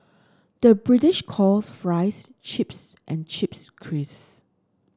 the British calls fries chips and chips crisps